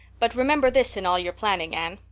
but remember this in all your planning, anne.